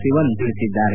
ಸಿವನ್ ಹೇಳಿದ್ದಾರೆ